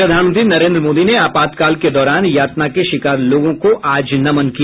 प्रधानमंत्री नरेन्द्र मोदी ने आपातकाल के दौरान यातना के शिकार लोगों को आज नमन किया